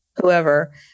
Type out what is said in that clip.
whoever